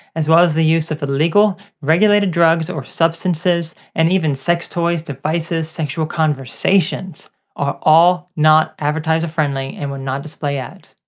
as well as the use of illegal regulated drugs or substances, and even sex toys, devices, or sexual conversations are all not advertiser friendly and will not display ads.